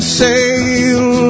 sail